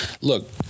Look